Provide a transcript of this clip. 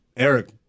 eric